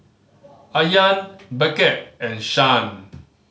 Ayaan Beckett and Shan